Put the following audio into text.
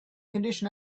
condition